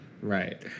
Right